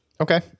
Okay